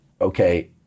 okay